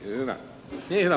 herra puhemies